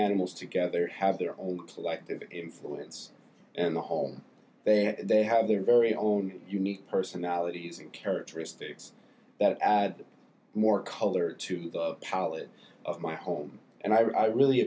animals together have their own collective influence in the home they have they have their very own unique personalities and characteristics that add more color to the palate of my home and i really